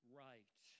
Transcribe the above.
right